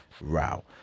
row